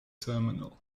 terminal